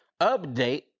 Update